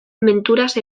menturaz